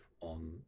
on